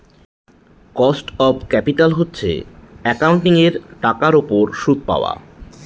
cost of capital হচ্ছে একাউন্টিঙের টাকার উপর সুদ পাওয়া